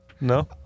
No